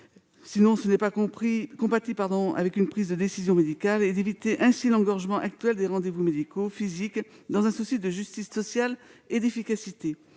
sous peine d'incompatibilité avec une prise de décision médicale. Il s'agit d'éviter ainsi l'engorgement actuel des rendez-vous médicaux physiques, dans un souci de justice sociale et d'efficacité.